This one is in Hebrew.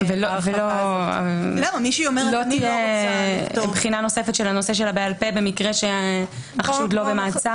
לא תהיה בחינה נוספת של הבעל פה למקרה שהחשוד לא במעצר?